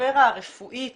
הספירה הרפואית